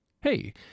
hey